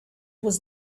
was